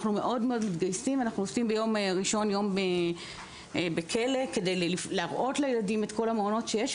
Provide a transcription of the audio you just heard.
אנחנו עושים ביום ראשון יום בכלא כדי להראות לילדים את כל המעונות שיש,